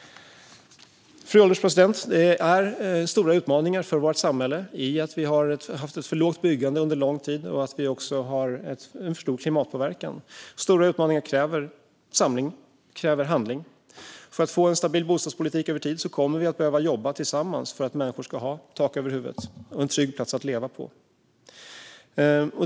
Fru ålderspresident! Det innebär stora utmaningar för vårt samhälle att vi har haft ett för lågt byggande under lång tid och att vi också har en för stor klimatpåverkan. Stora utmaningar kräver samling och handling. För att få en stabil bostadspolitik över tid kommer vi att behöva jobba tillsammans för att människor ska ha tak över huvudet och en trygg plats att leva på.